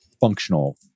Functional